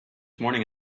morning